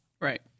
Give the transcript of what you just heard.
Right